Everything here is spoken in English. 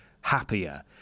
happier